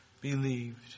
believed